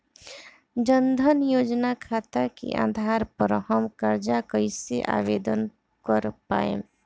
जन धन योजना खाता के आधार पर हम कर्जा कईसे आवेदन कर पाएम?